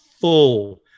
full